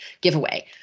giveaway